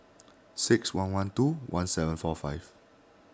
six one one two one seven four five